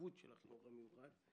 והמורכבות של החינוך המיוחד.